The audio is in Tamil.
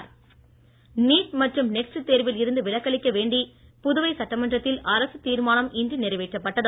தீர்மானங்கள் நீட் மற்றும் நெஸ்ட் தேர்வில் இருந்து விலக்களிக்க வேண்டி புதுவை சட்டமன்றத்தில் அரசுத் தீர்மானம் இன்று நிறைவேற்றப்பட்டது